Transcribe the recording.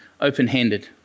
open-handed